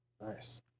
nice